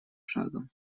шагом